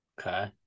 Okay